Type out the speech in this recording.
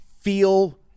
feel